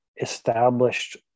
established